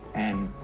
and